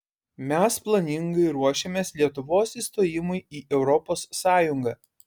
mes planingai ruošėmės lietuvos įstojimui į europos sąjungą